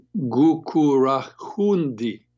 Gukurahundi